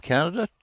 Canada